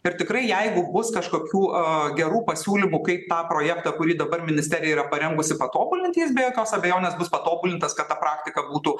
ir tikrai jeigu bus kažkokių aa gerų pasiūlymų kaip tą projektą kurį dabar ministerija yra parengusi patobulinti jis be jokios abejonės bus patobulintas kad ta praktika būtų